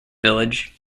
village